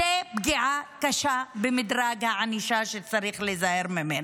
זאת פגיעה קשה במדרג הענישה שצריך להיזהר ממנה.